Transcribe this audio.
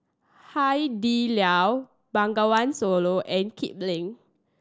Hai Di Lao Bengawan Solo and Kipling